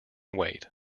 weight